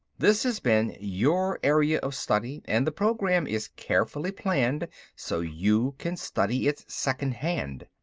this has been your area of study and the program is carefully planned so you can study it secondhand.